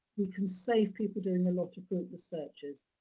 we can save people doing a lot of fruitless searches,